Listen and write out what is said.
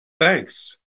Thanks